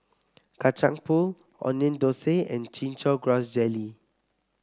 Kacang Pool Onion Thosai and Chin Chow Grass Jelly